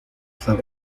san